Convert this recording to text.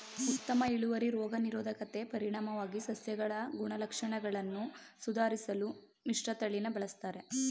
ಉತ್ತಮ ಇಳುವರಿ ರೋಗ ನಿರೋಧಕತೆ ಪರಿಣಾಮವಾಗಿ ಸಸ್ಯಗಳ ಗುಣಲಕ್ಷಣಗಳನ್ನು ಸುಧಾರ್ಸಲು ಮಿಶ್ರತಳಿನ ಬಳುಸ್ತರೆ